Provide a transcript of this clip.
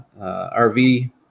RV